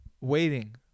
Waiting